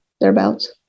Thereabouts